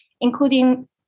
including